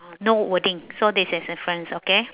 no wording so that's a difference okay